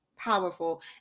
powerful